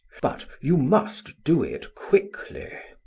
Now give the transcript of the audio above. but you must do it quickly.